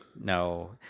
No